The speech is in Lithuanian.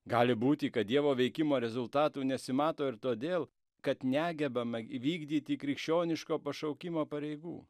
gali būti kad dievo veikimo rezultatų nesimato ir todėl kad negebama įvykdyti krikščioniško pašaukimo pareigų